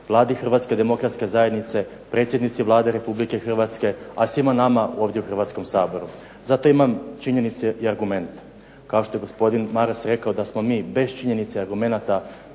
Vladi Hrvatske demokratske zajednice, predsjednici Vlade Republike Hrvatske, a svima nama ovdje u Hrvatskom saboru. Zato imam činjenice i argumente, kao što je gospodin Maras rekao da smo mi bez činjenica i argumenata